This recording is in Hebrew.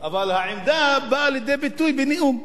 העמדה באה לידי ביטוי בנאום.